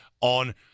on